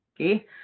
okay